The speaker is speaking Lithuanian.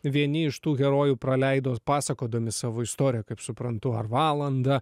vieni iš tų herojų praleido pasakodami savo istoriją kaip suprantu ar valandą